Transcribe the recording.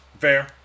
fair